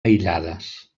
aïllades